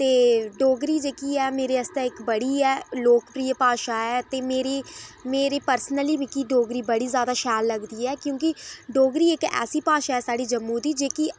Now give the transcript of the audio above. ते डोगरी जेह्की ऐ मेरे आस्तै इक बड़ी गै लोक प्रिय भाशा ऐ ते मेरी पर्सनली मिगी डोगरी बड़ी ज्यादा शैल लगदी ऐ की जे डोगरी इक ऐसी भाशा ऐ साढ़े जम्मू दी जेह्की